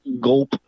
gulp